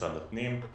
במשרד הפנים,